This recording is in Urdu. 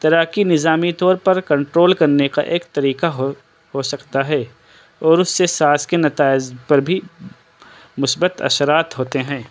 تیراکی نظامی طور پر کنٹرول کرنے ایک طریقہ ہو ہو سکتا ہے اور اس سے سانس کے نتائج پر بھی مثبت اثرات ہوتے ہیں